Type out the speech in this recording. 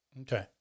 Okay